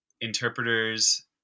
Interpreters